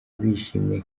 bishimye